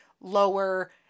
lower